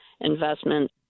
investment